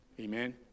Amen